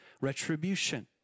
retribution